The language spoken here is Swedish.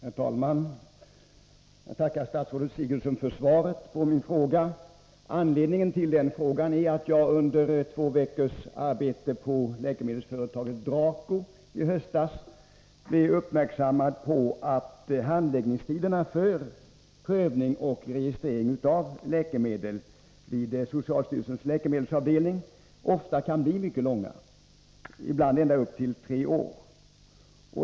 Herr talman! Jag tackar statsrådet Sigurdsen för svaret på min fråga. Anledningen till frågan är att jag under två veckors arbete på läkemedelsföretaget Draco i höstas blev uppmärksammad på att handläggningstiderna för prövning och registrering av läkemedel vid socialstyrelsens läkemedelsavdelning ofta kan bli mycket långa, ibland ända upp till tre år.